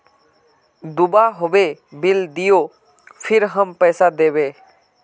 दूबा होबे बिल दियो फिर हम पैसा देबे?